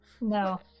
No